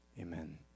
Amen